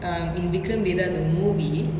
um in vikram vedha the movie